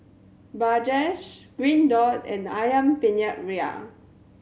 Bajaj Green Dot and Ayam Penyet Ria